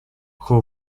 who